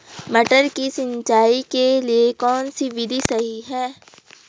मटर की सिंचाई के लिए कौन सी विधि सही है?